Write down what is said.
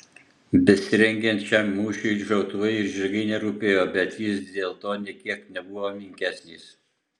besirengiant šiam mūšiui šautuvai ir žirgai nerūpėjo bet jis dėl to nė kiek nebuvo menkesnis